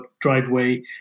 driveway